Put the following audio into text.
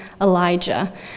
Elijah